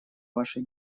вашей